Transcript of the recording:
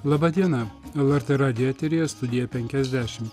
laba diena lrt radijo eteryje studija penkiasdešimt